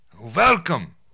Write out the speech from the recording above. Welcome